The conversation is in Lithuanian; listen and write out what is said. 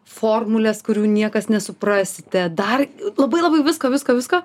formulės kurių niekas nesuprasite dar labai labai visko visko visko